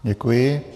Děkuji.